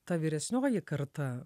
ta vyresnioji karta